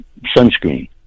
sunscreen